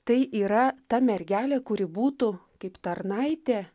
tai yra ta mergelė kuri būtų kaip tarnaitė